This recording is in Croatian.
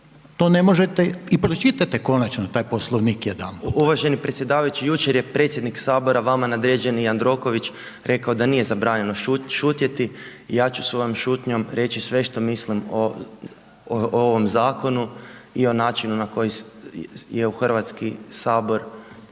To ne možete i pročitajte konačno taj Poslovnik jedanput. **Pernar, Ivan (Živi zid)** Uvaženi predsjedavajući, jučer je predsjednik Sabora, vama nadređeni Jandroković rekao da nije zabranjeno šutjeti, ja ću svojom šutnjom reći sve što mislim o ovom zakonu i o načinu na koji je u HS zapravo